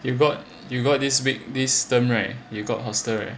you got you got this week this term right you got hostel right